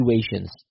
situations